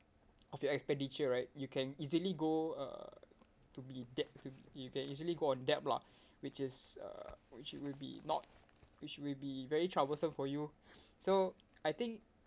of your expenditure right you can easily go uh to be debt to you can easily go on debt lah which is uh which it will be not which will be very troublesome for you so I think